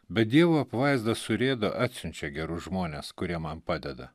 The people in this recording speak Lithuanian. bet dievo apvaizda surėdo atsiunčia gerus žmones kurie man padeda